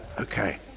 Okay